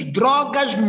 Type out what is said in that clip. drogas